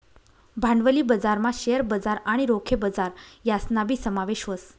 भांडवली बजारमा शेअर बजार आणि रोखे बजार यासनाबी समावेश व्हस